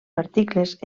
articles